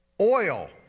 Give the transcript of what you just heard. oil